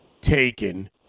taken